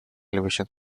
elevation